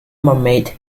mermaid